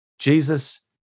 Jesus